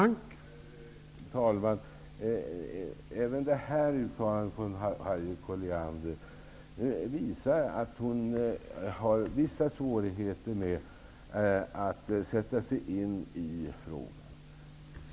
Herr talman! Även detta uttalande från Harriet Colliander visar att hon har vissa svårigheter med att sätta sig in i frågan.